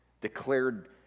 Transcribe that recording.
declared